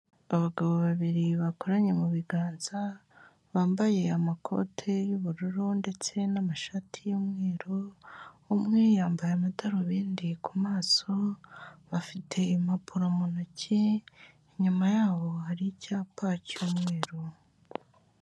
Abagabo babiri bakoranye mu biganza bambaye amakote y'ubururu ndetse n'amashati y'umweru umwe yambaye amadarubindi ku maso bafite impapuro mu ntoki inyuma yabo hari icyapa cy'umweru.